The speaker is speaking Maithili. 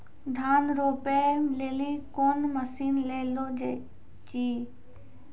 धान रोपे लिली कौन मसीन ले लो जी?